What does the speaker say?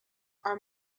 our